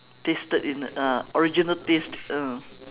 tasted in uh original taste ah